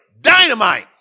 dynamite